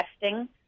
testing